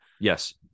Yes